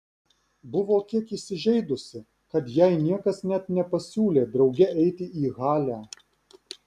buvo kiek įsižeidusi kad jai niekas net nepasiūlė drauge eiti į halę